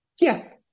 Yes